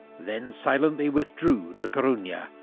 then silently withdrew to coruna,